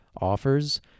Offers